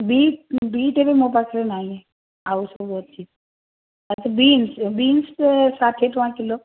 beet beet ଏବେ ମୋ ପାଖରେ ନାଇଁ ଆଉ ସବୁ ଅଛି ଆଚ୍ଛା ବିନ୍ସ ବିନ୍ସ ତ ଷାଠିଏ ଟଙ୍କା କିଲୋ